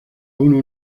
uno